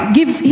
give